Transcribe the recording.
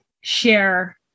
share